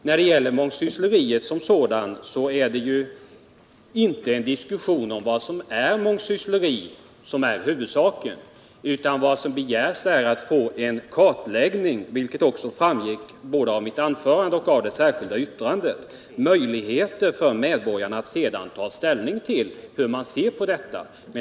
När det gäller mångsyssleriet som sådant är det inte en diskussion om vad som är mångsyssleri som är huvudsaken, utan att man — vilket också framgick både av mitt anförande och av det särskilda yttrandet — får en kartläggning av det för att ge medborgarna möjligheter att ta ställning till problemet.